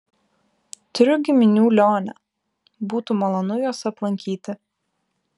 turiu giminių lione būtų malonu juos aplankyti